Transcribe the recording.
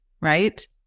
right